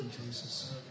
Jesus